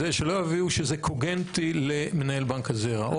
שלא יבינו שזה קוגנטי למנהל בנק הזרע.